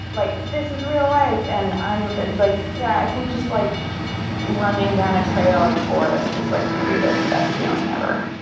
like this is real life! and like yeah, i think just like running down a trail in the forest is like maybe the best feeling ever.